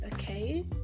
okay